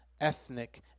ethnic